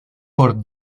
por